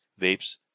vapes